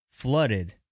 Flooded